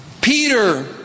Peter